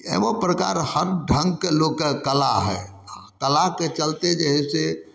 एवम प्रकार हर ढङ्गके लोकके कला हइ कलाके चलिते जे हइ से